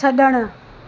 छड॒णु